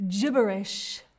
Gibberish